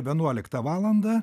vienuoliktą valandą